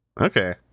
Okay